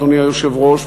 אדוני היושב-ראש,